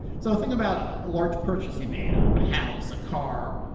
so think about a large purchase, you made ah a house, a car,